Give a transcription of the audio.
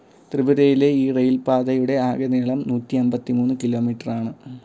ത്രിപുരയിലെ ഈ റെയിൽപാതയുടെ ആകെ നീളം നൂറ്റി അമ്പത്തിമൂന്ന് കിലോമീറ്റർ ആണ്